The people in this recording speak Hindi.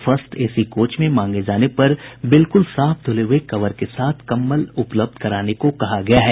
फर्स्ट एसी कोच में मांगे जाने पर बिल्कुल साफ धुले हुए कवर के साथ कम्बल उपलब्ध कराने को कहा गया है